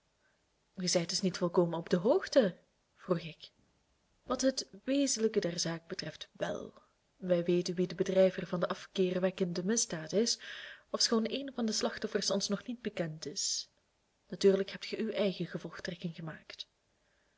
gij zijt dus niet volkomen op de hoogte vroeg ik wat het wezenlijke der zaak betreft wel wij weten wie de bedrijver van de afkeerwekkende misdaad is ofschoon een van de slachtoffers ons nog niet bekend is natuurlijk hebt gij uw eigen gevolgtrekking gemaakt